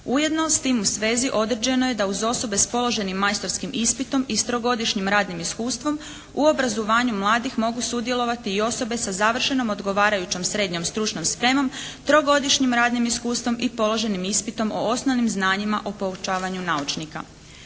Ujedno s tim u svezi određeno je da uz osobe sa položenih majstorskim ispitom i s trogodišnjim radnim iskustvom u obrazovanju mladih mogu sudjelovati i osobe sa završnom odgovarajućom srednjom stručnom spremom, trogodišnjim radnim iskustvom i položenim ispitom o osnovnim znanjima o poučavanju naučnika.